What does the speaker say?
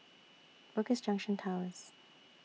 Bugis Junction Towers